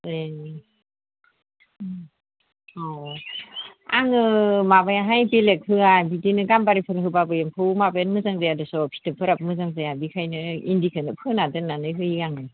एह ओह औ आङो माबायाहाय बेलेग होआ बिदिनो गाम्बारिफोर होबाबो एम्फौ माबायानो मोजां जाया दिसं फिथोबफोराबो मोजां जाया बेखायो इन्दिखौनो फोना दोन्नानै होयो आङो